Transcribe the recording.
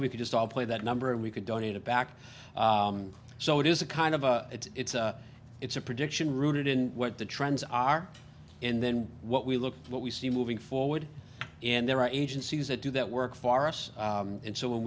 we could just all play that number and we could donate it back so it is a kind of a it's a it's a prediction rooted in what the trends are and then what we look for what we see moving forward and there are agencies that do that work for us and so when